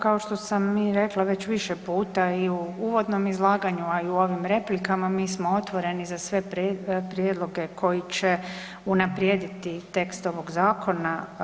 Kao što sam i rekla već više puta i u uvodnom izlaganju, a i u ovim replikama, mi smo otvoreni za sve prijedloge koji će unaprijediti tekst ovog zakona.